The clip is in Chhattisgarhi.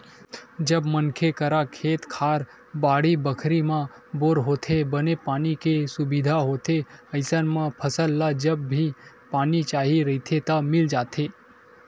जब मनखे करा खेत खार, बाड़ी बखरी म बोर होथे, बने पानी के सुबिधा होथे अइसन म फसल ल जब भी पानी चाही रहिथे त मिल जाथे